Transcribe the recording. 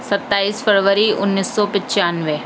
ستائیس فروری انیس سو پنچانوے